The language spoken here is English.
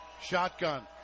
Shotgun